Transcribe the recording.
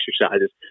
exercises